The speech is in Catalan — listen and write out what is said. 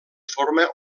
forma